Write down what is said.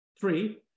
three